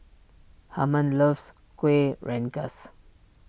Hermann loves Kueh Rengas